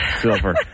silver